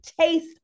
taste